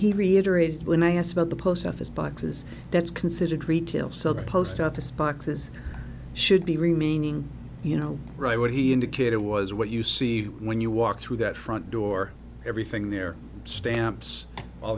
reiterated when i asked about the post office boxes that's considered retail so the post office boxes should be remaining you know right where he indicated was what you see when you walk through that front door everything there stamps all